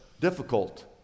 difficult